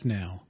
now